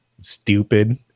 stupid